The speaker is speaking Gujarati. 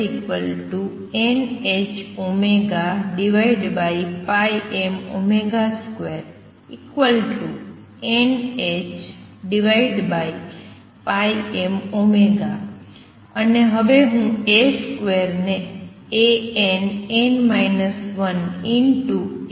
અને હવે હું ને માં મૂકીશ